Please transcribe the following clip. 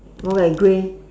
no leh grey